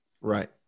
Right